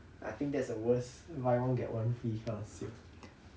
I think that's the worst buy one get one free kind of sale